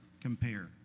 compare